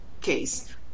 case